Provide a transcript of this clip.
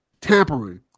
tampering